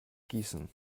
gießen